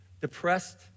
depressed